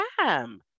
time